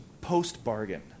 post-bargain